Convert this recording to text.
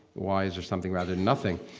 why is there something rather than nothing?